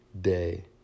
day